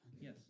Yes